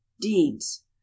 Deeds